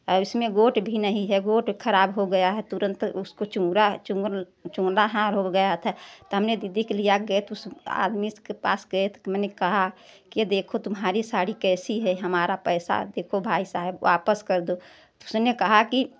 और उसमें गोट भी नहीं है गोट खराब हो गया है तुरंत उसको चूड़ा चुंदा हार हो गया था तो हमने दीदी के लिया गए तो उस आदमी के पास गए तो मैंने कहा कि देखो तुम्हारी साड़ी कैसी है हमारा पैसा देखो भाई साहब वापस कर दो उसने कहा कि